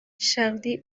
charly